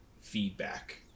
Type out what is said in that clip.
feedback